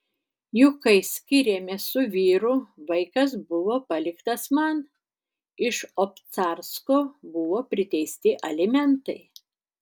juk kai skyrėmės su vyru vaikas buvo paliktas man iš obcarsko buvo priteisti alimentai